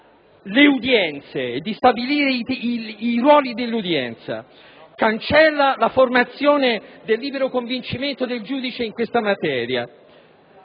le udienze e di stabilirne i ruoli e cancella la formazione del libero convincimento del giudice in materia.